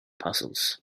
puzzles